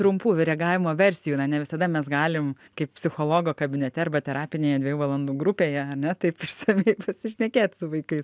trumpų reagavimo versijų na ne visada mes galim kaip psichologo kabinete arba terapinėje dviejų valandų grupėje ar ne taip išsamiai pasišnekėt su vaikais